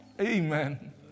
Amen